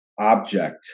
object